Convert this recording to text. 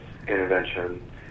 intervention